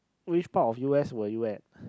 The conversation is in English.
which part of u_s were you at